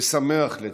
ושמח לציין,